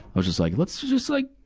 i was just like, let's just like,